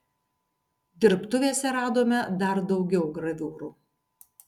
dirbtuvėse radome dar daugiau graviūrų